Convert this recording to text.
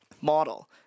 model